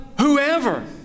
whoever